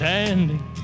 Standing